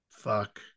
fuck